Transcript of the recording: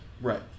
Right